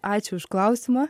ačiū už klausimą